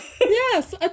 Yes